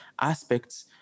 aspects